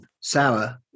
sour